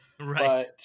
Right